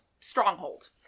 stronghold